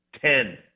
Ten